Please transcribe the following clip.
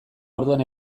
orduan